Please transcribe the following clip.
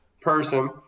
person